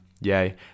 yay